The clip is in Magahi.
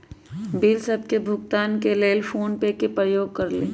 बिल सभ के भुगतान के लेल हम फोनपे के प्रयोग करइले